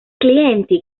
clienti